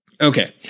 Okay